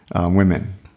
women